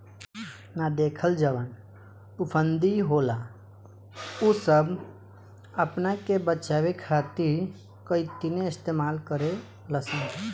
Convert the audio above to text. ना देखल जवन फफूंदी होला उ सब आपना के बचावे खातिर काइतीने इस्तेमाल करे लसन